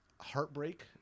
heartbreak